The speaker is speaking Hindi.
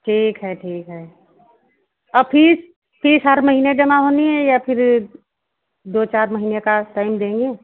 ठीक है ठीक है फीस फीस हर महीने जमा होनी है या फिर दो चार महीने का टाइम देंगे